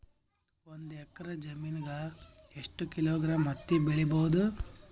ಒಂದ್ ಎಕ್ಕರ ಜಮೀನಗ ಎಷ್ಟು ಕಿಲೋಗ್ರಾಂ ಹತ್ತಿ ಬೆಳಿ ಬಹುದು?